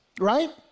right